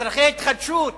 צורכי התחדשות.